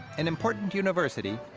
an important university,